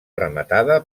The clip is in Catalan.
rematada